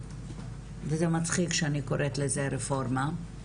וזה מצחיק שאני קוראת לזה רפורמה.